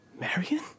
Marion